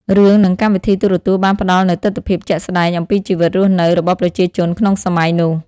រឿង និងកម្មវិធីទូរទស្សន៍បានផ្តល់នូវទិដ្ឋភាពជាក់ស្តែងអំពីជីវិតរស់នៅរបស់ប្រជាជនក្នុងសម័យនោះ។